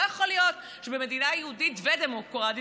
לא יכול להיות שבמדינה יהודית ודמוקרטית